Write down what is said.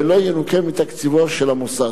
ולא ינוכה מתקציבו של המוסד.